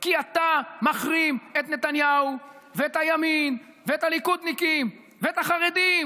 כי אתה מחרים את נתניהו ואת הימין ואת הליכודניקים ואת החרדים,